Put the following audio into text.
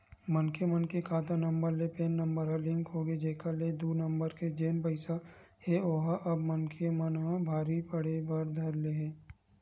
मनखे मन के खाता नंबर ले पेन नंबर ह लिंक होगे हे जेखर ले दू नंबर के जेन पइसा हे ओहा अब मनखे मन ला भारी पड़े बर धर ले हे